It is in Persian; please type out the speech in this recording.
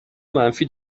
منفی